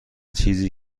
چیزی